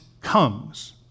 comes